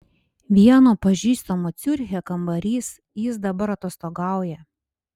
vieno pažįstamo ciuriche kambarys jis dabar atostogauja